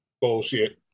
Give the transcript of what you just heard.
bullshit